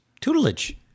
tutelage